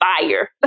fire